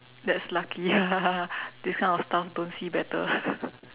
that's lucky ya this kind of stuff don't see better